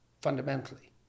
fundamentally